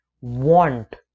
want